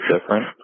different